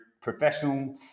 professional